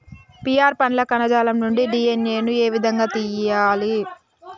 Pear పండ్ల కణజాలం నుండి డి.ఎన్.ఎ ను ఏ విధంగా తియ్యాలి?